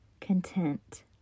content